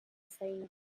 feina